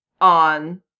on